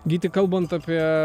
gyti kalbant apie